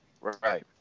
Right